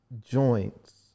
joints